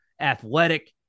athletic